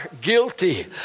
guilty